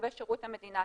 לגבי שירות המדינה,